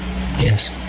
yes